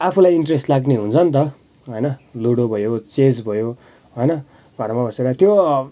आफूलाई इन्ट्रेस्ट लाग्ने हुन्छनि होइन लुडो भयो चेस भयो होइन घरमा बसेर त्यो